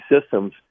systems